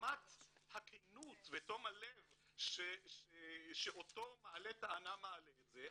לרמת הכנות ותום הלב שאותו מעלה טענה מעלה את זה,